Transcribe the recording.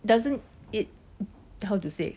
doesn't it how to say